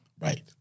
Right